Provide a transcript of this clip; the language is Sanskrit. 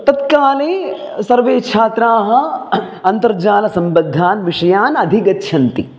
तत्काले सर्वे छात्राः अन्तर्जालसम्बद्धान् विषयान् अधिगच्छन्ति